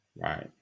Right